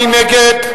מי נגד?